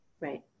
right